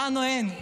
לנו אין,